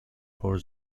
for